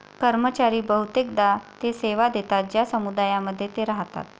कर्मचारी बहुतेकदा ते सेवा देतात ज्या समुदायांमध्ये ते राहतात